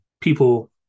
people